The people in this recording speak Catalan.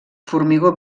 formigó